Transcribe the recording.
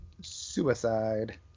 suicide